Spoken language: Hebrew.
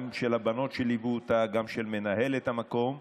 גם אנחנו צריכים דברים מירדן.